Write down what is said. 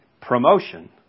promotion